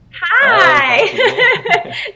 hi